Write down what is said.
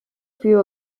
few